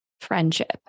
friendship